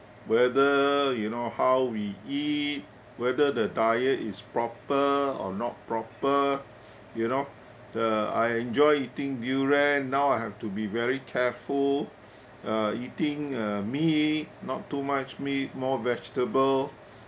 whether you know how we eat whether the diet is proper or not proper you know the I enjoy eating durian now I have to be very careful uh eating uh meat not too much meat more vegetable